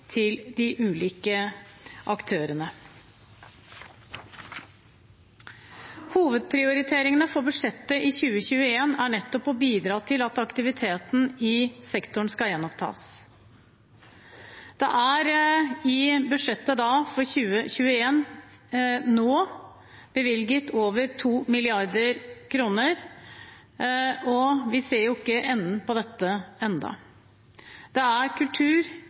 til de ulike aktørene. Hovedprioriteringene for budsjettet i 2021 er nettopp å bidra til at aktiviteten i sektoren skal gjenopptas. Det er i budsjettet for 2021 bevilget over 2 mrd. kr, og vi ser ikke enden på dette ennå. Det er kultur,